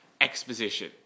exposition